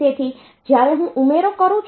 તેથી જ્યારે હું ઉમેરો કરું છું